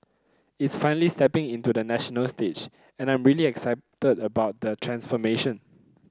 it's finally stepping into the national stage and I'm really excited about the transformation